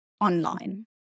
online